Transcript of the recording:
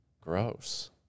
gross